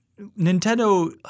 Nintendo